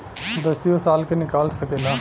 दसियो साल के निकाल सकेला